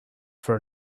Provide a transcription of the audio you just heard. for